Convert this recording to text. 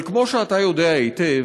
אבל כמו שאתה יודע היטב,